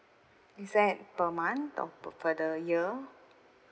is that per month or per the year